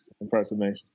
impersonation